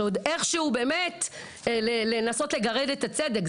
שעוד איכשהו באמת לנסות לגרד את הצדק.